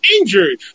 injured